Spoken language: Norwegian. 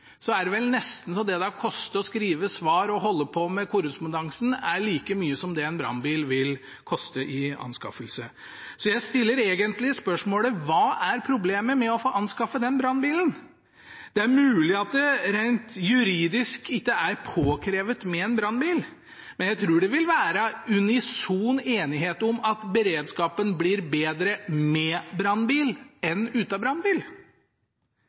vel det det har kostet å skrive svar og holde på med korrespondanse, nesten like mye som det en brannbil vil koste i anskaffelse. Jeg stiller egentlig spørsmål om hva som er problemet med å anskaffe den brannbilen. Det er mulig at det rent juridisk ikke er påkrevd med en brannbil, men jeg tror det vil være unison enighet om at beredskapen blir bedre med brannbil enn uten brannbil.